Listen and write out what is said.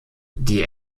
die